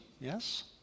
yes